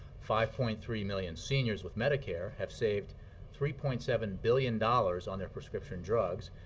five point three million seniors with medicare have saved three point seven billion dollars on their prescription drugs,